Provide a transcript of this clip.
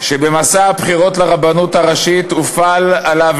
שבמסע הבחירות לרבנות הראשית הופעל עליו